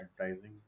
advertising